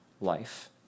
life